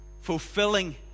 Fulfilling